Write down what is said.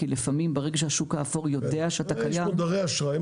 כי לפעמים ברגע שהשוק האפור יודע שאתה קיים --- יש מודרי אשראי,